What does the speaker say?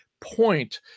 point